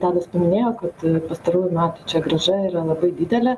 tadas paminėjo kad pastarųjų metų čia grąža yra labai didelė